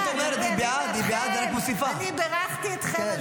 מדינת ישראל לא יודעים את זה --- בסדר.